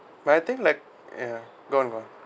but I think like ya go on